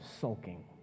sulking